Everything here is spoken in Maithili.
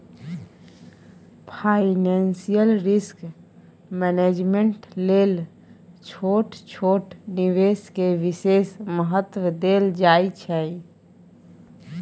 फाइनेंशियल रिस्क मैनेजमेंट लेल छोट छोट निवेश के विशेष महत्व देल जाइ छइ